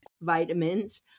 vitamins